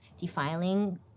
defiling